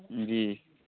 جی